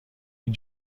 این